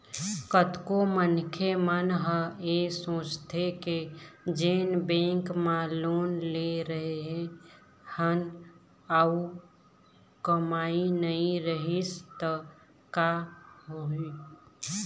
कतको मनखे मन ह ऐ सोचथे के जेन बेंक म लोन ले रेहे हन अउ कमई नइ रिहिस त का होही